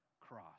Cross